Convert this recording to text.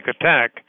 attack